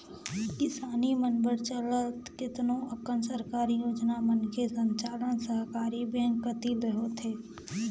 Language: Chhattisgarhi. किसानी मन बर चलत केतनो अकन सरकारी योजना मन के संचालन सहकारी बेंक कति ले होथे